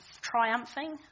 Triumphing